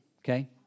okay